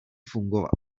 fungovat